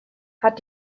hat